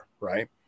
Right